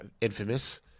Infamous